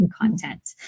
Content